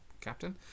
captain